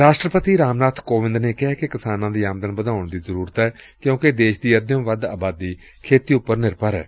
ਰਾਸ਼ਟਰਪਤੀ ਰਾਮਨਾਥ ਕੋਵਿੰਦ ਨੇ ਕਿਹੈ ਕਿ ਕਿਸਾਨਾਂ ਦੀ ਆਮਦਨ ਵਧਾਉਣ ਦੀ ਜ਼ਰੁਰਤ ਏ ਕਿਉਂਕਿ ਦੇਸ਼ ਦੀ ਅਸਿਓਂ ਵੱਧ ਆਬਾਦੀ ਖੇਤੀ ਉਪਰ ਨਿਰਭਰ ਏ